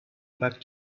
back